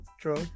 true